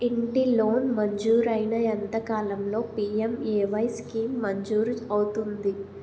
ఇంటి లోన్ మంజూరైన ఎంత కాలంలో పి.ఎం.ఎ.వై స్కీమ్ మంజూరు అవుతుంది?